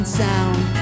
sound